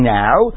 now